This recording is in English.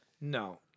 No